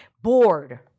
Bored